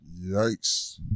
Yikes